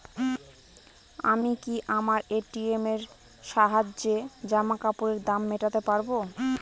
আমি কি আমার এ.টি.এম এর সাহায্যে জামাকাপরের দাম মেটাতে পারব?